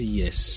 yes